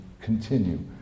continue